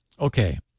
Okay